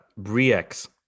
Briex